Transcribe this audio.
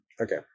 Okay